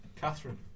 Catherine